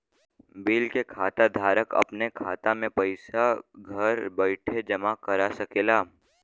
bill के खाता धारक अपने खाता मे पइसा घर बइठे जमा करा सकेला